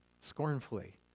scornfully